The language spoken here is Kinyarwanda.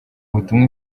butumwa